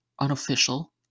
Unofficial